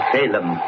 Salem